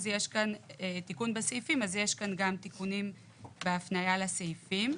יש כאן תיקונים בהפניה לסעיפים.